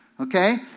Okay